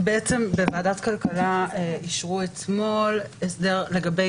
בוועדת כלכלה אישרו אתמול הסדר לגבי